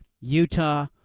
Utah